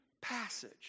passage